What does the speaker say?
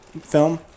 film